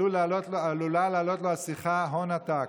השיחה עלולה לעלות לו הון עתק.